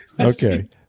okay